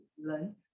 learn